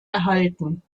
erhalten